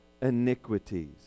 iniquities